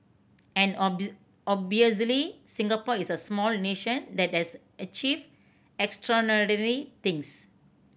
and obviously Singapore is a small nation that has achieved extraordinary things